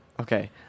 okay